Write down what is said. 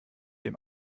dem